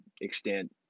extent